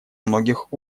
многих